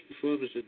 performance